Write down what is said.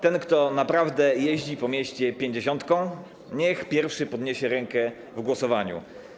Ten, kto naprawdę jeździ po mieście pięćdziesiątką, niech pierwszy podniesie rękę w głosowaniu.